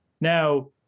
Now